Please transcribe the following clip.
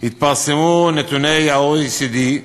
התפרסמו נתוני ה-OECD,